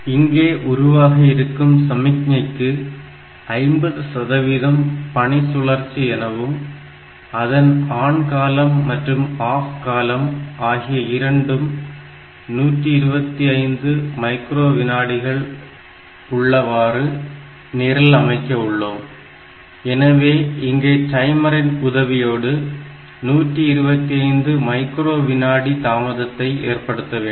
இங்கே உருவாக இருக்கும் சமிக்ஞைக்கு 50 சதவீதம் பணி சுழற்சி எனவும் அதன் ஆன் காலம் மற்றும் ஆப் காலம் ஆகிய இரண்டும் 125 மைக்ரோ வினாடிகள் உள்ளவாறு நிரல் அமைக்க உள்ளோம் எனவே இங்கே டைமரின் உதவியோடு 125 மைக்ரோ வினாடி தாமதத்தை ஏற்படுத்த வேண்டும்